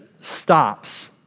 stops